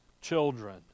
children